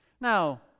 Now